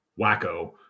wacko